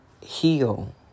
heal